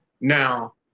Now